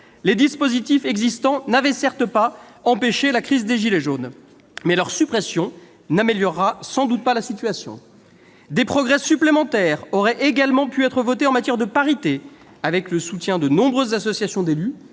les dispositifs existants n'avaient pas empêché la crise des « gilets jaunes », mais leur suppression n'améliorera sans doute pas la situation. Des progrès supplémentaires auraient également pu être faits en matière de parité, avec le soutien de nombreuses associations d'élus